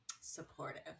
supportive